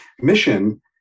mission